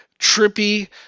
trippy